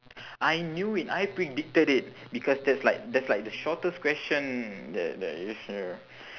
I knew it I predicted it because that's like that's like the shortest question there there is here